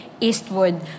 Eastwood